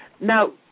Now